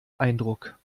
eindruck